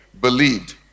believed